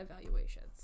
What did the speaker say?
evaluations